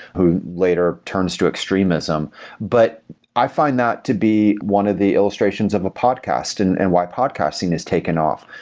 who later turns to extremism but i find that to be one of the illustrations of a podcast and and why podcasting has taken off,